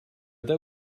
that